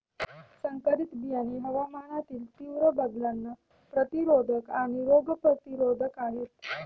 संकरित बियाणे हवामानातील तीव्र बदलांना प्रतिरोधक आणि रोग प्रतिरोधक आहेत